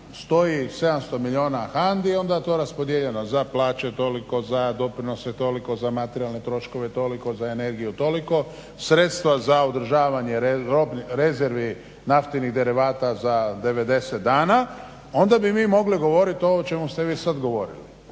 stoji 700 milijuna HANDA-i, onda je to raspodijeljeno za plaće toliko, za doprinose toliko, za materijalne troškove toliko, za energiju toliko, sredstva za održavanje robnih rezervi, naftnih derivata za 90 dana onda bi mi mogli govorit o ovom o čemu ste vi sad govorili.